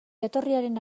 jatorriaren